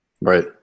Right